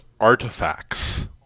artifacts